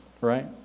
right